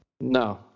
No